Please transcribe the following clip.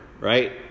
right